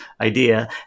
idea